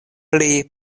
pli